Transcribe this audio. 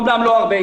אומנם לא הרבה.